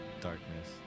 darkness